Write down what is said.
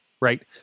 right